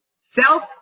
Self